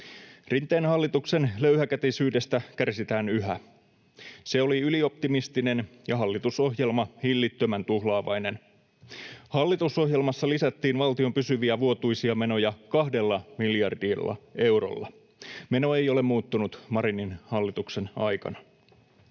Rinteen hallituksen löyhäkätisyydestä kärsitään yhä. Se oli ylioptimistinen ja hallitusohjelma hillittömän tuhlaavainen. Hallitusohjelmassa lisättiin valtion pysyviä vuotuisia menoja kahdella miljardilla eurolla. Meno ei ole muuttunut Marinin hallituksen aikana.